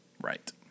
Right